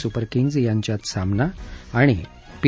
super Kings यांच्यात सामना P